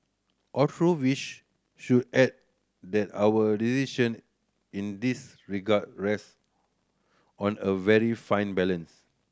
although wish should add that our decision in this regard rest on a very fine balance